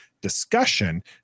discussion